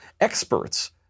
experts